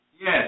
Yes